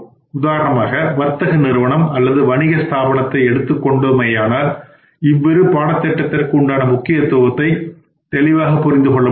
உதாரணமாக வர்த்தக நிறுவனம் அல்லது வணிக ஸ்தாபனத்தை எடுத்துக் கொண்டோமானால் இவ்விரு பாடத்திட்டத்திற்கு உண்டான முக்கியத்துவத்தை தெளிவாக புரிந்துகொள்ள முடியும்